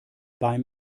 beim